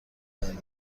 باید